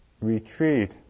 retreat